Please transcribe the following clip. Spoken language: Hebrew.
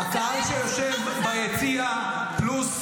זה חיי --- הקהל שיושב ביציע פלוס,